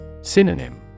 Synonym